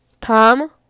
Tom